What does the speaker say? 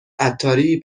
عطاری